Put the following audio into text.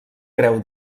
creu